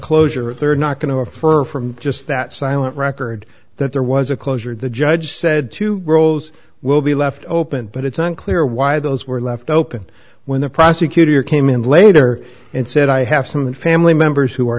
closure a rd not going to refer from just that silent record that there was a closure the judge said two rolls will be left open but it's unclear why those were left open when the prosecutor came in later and said i have some family members who are